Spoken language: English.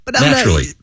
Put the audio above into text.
Naturally